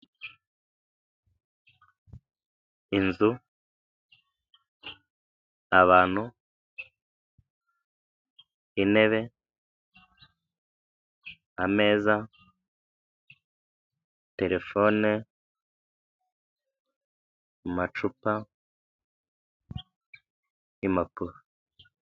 Inzu icuruza ibiribwa n'ibinyobwa harimo amata ya mukamira, hakaba harimo firigo ikonjesha ibyo kunywa twaramo umuntu w'umukiriya umaze kuyifata ibyo amaze kurya no kunywa agiye kwishyura yambaye ishati y'umakara rukara.